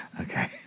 Okay